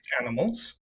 animals